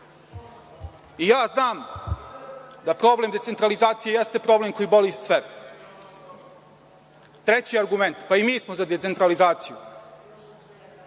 Ja znam da problem decentralizacije jeste problem koji boli sve. Treći argument, pa i nismo za decentralizaciju,